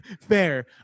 Fair